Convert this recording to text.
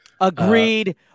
Agreed